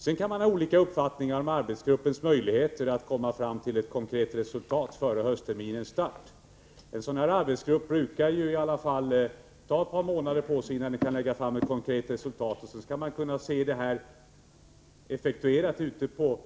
Sedan kan man ha olika uppfattning om arbetsgruppens möjligheter att komma fram till ett konkret resultat före höstterminens start. En arbetsgrupp av det här slaget brukar ta i alla fall ett par månader på sig innan den kan uppvisa ett konkret resultat. Därefter skall det hela effektueras ute på